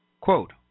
Quote